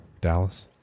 Dallas